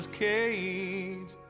cage